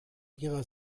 ihrer